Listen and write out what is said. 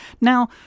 Now